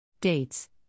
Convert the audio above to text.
Dates